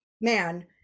man